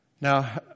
Now